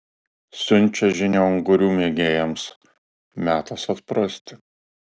siunčia žinią ungurių mėgėjams metas atprasti